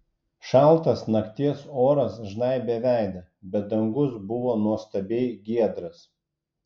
šaltas nakties oras žnaibė veidą bet dangus buvo nuostabiai giedras